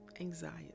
anxiety